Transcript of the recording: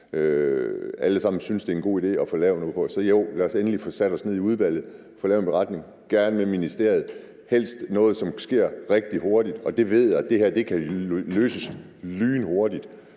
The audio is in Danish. sammen synes, det er en god idé at få lavet noget på det. Så jo, lad os endelig få sat os ned i udvalget og lavet en beretning, gerne med ministeriet; helst noget, som kan ske rigtig hurtigt. Jeg ved, at det her kan løses lynhurtigt.